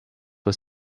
was